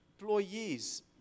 employees